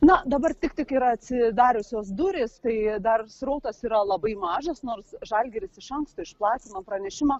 na dabar tik tik yra atsidariusios durys tai dar srautas yra labai mažas nors žalgiris iš anksto išplatino pranešimą